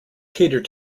cater